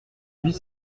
huit